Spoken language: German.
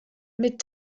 mit